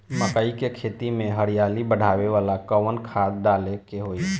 मकई के खेती में हरियाली बढ़ावेला कवन खाद डाले के होई?